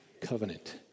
covenant